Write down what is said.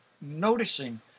noticing